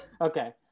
Okay